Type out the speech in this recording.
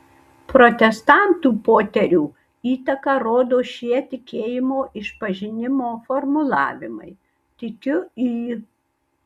protestantų poterių įtaką rodo šie tikėjimo išpažinimo formulavimai tikiu į